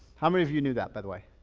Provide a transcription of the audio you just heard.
how many of you knew that by the way?